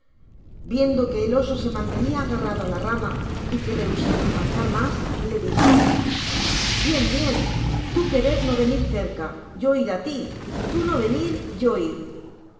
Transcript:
viendo que el oso se mantenía agarrado á la rama y que rehusaba avanzar mas le dijo bien bien tú querer no venir cerca yo ir á ti tú no venir yo r